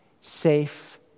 safe